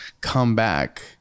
comeback